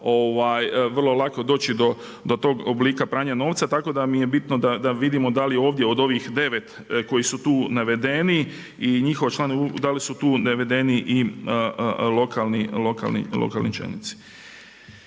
vrlo lako doći do tog oblika pranja novca. Tako da mi je bitno da vidimo da li ovdje od ovih devet koji su tu navedeni, da li su tu navedeni i lokalni čelnici.